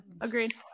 agreed